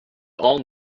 all